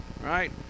right